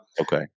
Okay